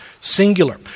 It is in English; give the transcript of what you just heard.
singular